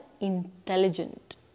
intelligent